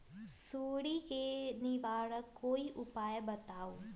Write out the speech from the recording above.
सुडी से निवारक कोई उपाय बताऊँ?